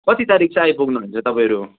कति तारिख चाहिँ आइपुग्नु हुन्छ तपाईँहरू